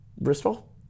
Bristol